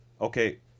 Okay